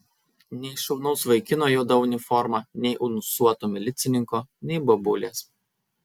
nei šaunaus vaikino juoda uniforma nei ūsuoto milicininko nei bobulės